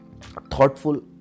thoughtful